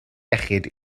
iechyd